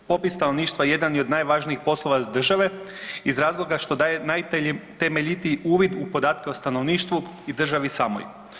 Popis stanovništva jedan je od najvažnijih poslova države iz razloga što daje najtemeljitiji uvid u podatke o stanovništvu i državi samoj.